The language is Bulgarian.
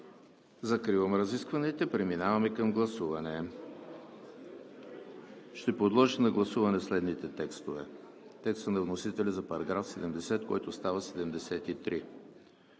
Закривам разискванията и преминаваме към гласуване. Ще подложа на гласуване следните текстове: текста на вносителя за § 70, който става §